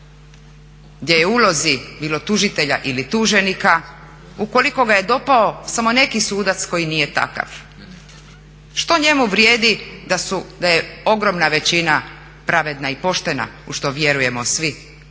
gdje je u ulozi bilo tužitelja ili tuženika ukoliko ga je dopao samo neki sudac koji nije takav? Što njemu vrijedi da je ogromna većina pravedna i poštena u što vjerujemo svi